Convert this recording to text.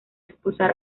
expulsar